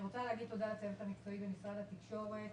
אני רוצה להגיד תודה לצוות המקצועי במשרד התקשורת: